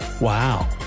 Wow